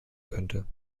könnte